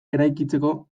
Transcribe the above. eraikitzeko